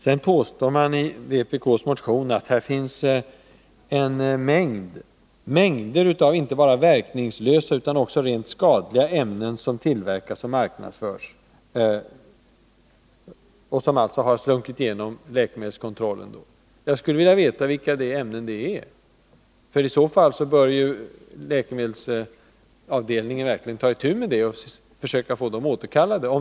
Det påstås i vpk:s motion att det finns mängder av inte bara verkningslösa utan också rent av skadliga ämnen som tillverkas och marknadsförs och som alltså har slunkit igenom läkemedelskontrollen. Jag skulle vilja veta vilka ämnen det är. Om det finns ämnen som inte bara är verkningslösa utan rent av skadliga, bör läkemedelsavdelningen verkligen ta itu med detta och försöka få dem återkallade.